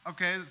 Okay